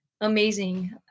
amazing